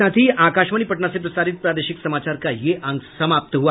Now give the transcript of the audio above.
इसके साथ ही आकाशवाणी पटना से प्रसारित प्रादेशिक समाचार का ये अंक समाप्त हुआ